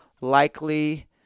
likely